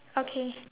okay